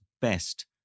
best